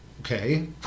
okay